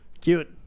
Cute